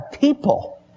people